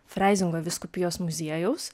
freizingo vyskupijos muziejaus